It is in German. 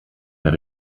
mehr